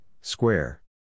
square